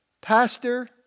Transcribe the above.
Pastor